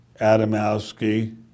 Adamowski